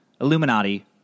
Illuminati